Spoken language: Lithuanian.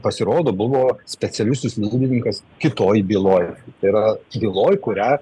pasirodo buvo specialiusis liudininkas kitoj byloj tai yra byloj kurią